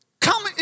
come